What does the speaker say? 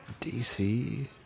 DC